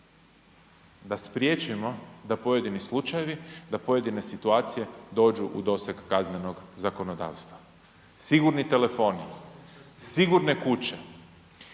da spriječimo da pojedini slučaji, da pojedine situacije dođu u doseg kaznenog zakonodavstva. Sigurni telefoni, sigurne kuće,